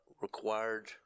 required